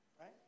Right